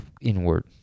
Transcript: inward